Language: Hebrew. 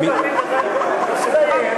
זה הצד האחד של המטבע.